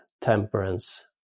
temperance